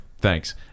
Thanks